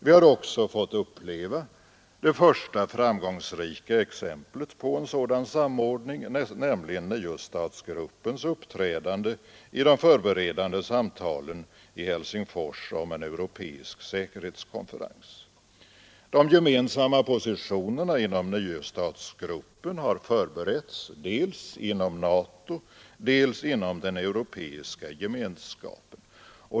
Vi har också fått uppleva det första framgångsrika exemplet på en sådan samordning, nämligen niostatsgruppens uppträdande i de förberedande samtalen i Helsingfors om en europeisk säkerhetskonferens. De gemensamma positionerna inom niostatsgruppen har förberetts dels inom NATO, dels inom den europeiska gemenskapen.